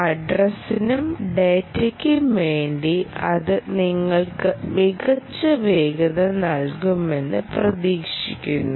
അഡ്രസിനും ഡാറ്റയ്ക്കും വേണ്ടി അത് നിങ്ങൾക്ക് മികച്ച വേഗത നൽകുമെന്ന് പ്രതീക്ഷിക്കുന്നു